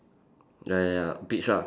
ya ya ya peach ah